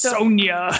Sonia